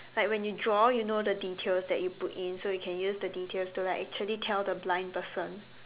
like when you draw you know the details that you put in so you can use the details to like actually tell the blind person